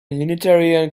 unitarian